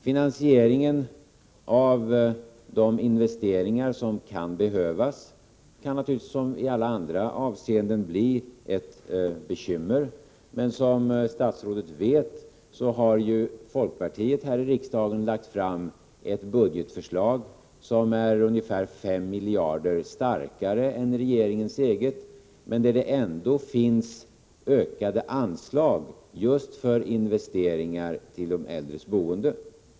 Finansieringen av de investeringar som kan behövas kan naturligtvis, som i alla andra avseenden, bli ett bekymmer, men som statsrådet vet har folkpartiet här i riksdagen lagt fram ett budgetförslag som är ungefär 5 miljarder starkare än regeringens eget, men där det ändå finns ökade anslag just för investeringar till de äldres boende.